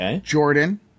Jordan